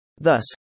Thus